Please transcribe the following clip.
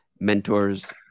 mentors